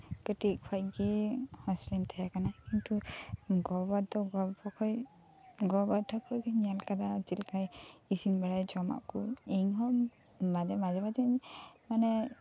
ᱠᱟᱹᱴᱤᱜ ᱠᱷᱚᱡ ᱜᱮ ᱦᱳᱥᱴᱮᱞ ᱨᱮᱧ ᱛᱟᱦᱮᱸ ᱠᱟᱱᱟ ᱠᱤᱱᱛᱩ ᱜᱚᱼᱵᱟᱵᱟ ᱫᱚ ᱚᱞᱯᱚ ᱠᱷᱚᱡ ᱜᱚᱼᱵᱟᱵᱟ ᱴᱷᱮᱡ ᱜᱮᱧ ᱧᱮᱞ ᱟᱠᱟᱫᱟ ᱪᱮᱫ ᱞᱮᱠᱟᱭ ᱤᱥᱤᱱ ᱵᱟᱲᱟᱭᱟ ᱡᱚᱢᱟᱜ ᱠᱚ ᱤᱧ ᱦᱚᱸ ᱢᱟᱱᱮ ᱢᱟᱡᱷᱮ ᱢᱟᱡᱷᱮᱧ ᱢᱟᱱᱮ